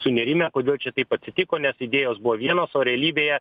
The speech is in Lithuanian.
sunerimę kodėl čia taip atsitiko nes idėjos buvo vienos o realybėje